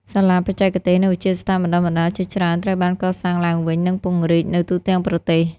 សាលាបច្ចេកទេស និងវិទ្យាស្ថានបណ្តុះបណ្តាលជាច្រើនត្រូវបានកសាងឡើងវិញ និងពង្រីកនៅទូទាំងប្រទេស។